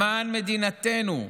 למען מדינתנו.